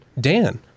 Dan